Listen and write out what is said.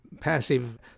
passive